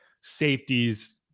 safeties